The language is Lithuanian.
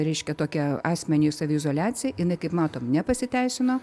reiškia tokia asmeniui saviizoliacijai jinai kaip matom nepasiteisino